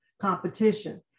competition